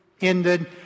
ended